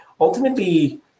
ultimately